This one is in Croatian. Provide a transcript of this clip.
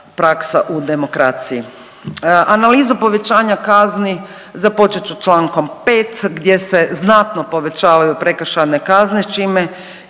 praksa u demokraciji. Analizu povećanja kazni započet ću čl. 5 gdje se znatno povećavaju prekršajne kazne